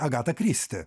agata kristi